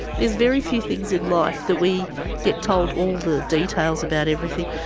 there's very few things in life that we get told all the details about everything,